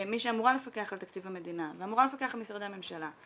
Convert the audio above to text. כמי שאמורה לפקח על תקציב המדינה ואמורה לפקח על משרדי הממשלה,